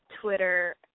Twitter